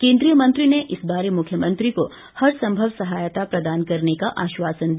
केंद्रीय मंत्री ने इस बारे मुख्यमंत्री को हर सम्भव सहायता प्रदान करने का आश्वासन दिया